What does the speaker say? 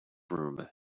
room